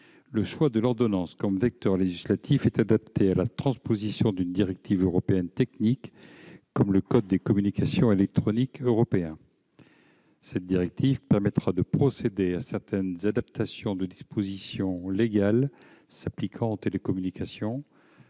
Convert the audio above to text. Le choix de l'ordonnance comme vecteur législatif est adapté à la transposition d'une directive européenne technique comme le code des communications électroniques européen. Cette directive permettra de procéder à certaines adaptations de dispositions légales s'appliquant aux télécommunications